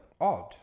Odd